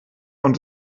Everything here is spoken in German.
und